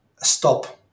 stop